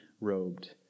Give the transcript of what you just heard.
robed